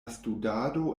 studado